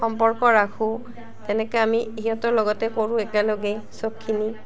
সম্পৰ্ক ৰাখোঁ তেনেকৈ আমি সিহঁতৰ লগতে কৰোঁ একেলগেই চবখিনি